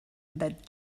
that